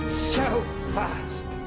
so fast!